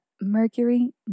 Mercury